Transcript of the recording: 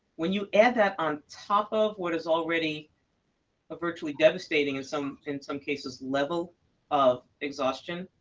when you add that on top of what is already a virtually devastating, in some in some cases, level of exhaustion,